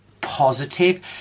positive